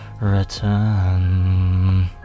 return